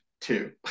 two